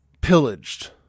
pillaged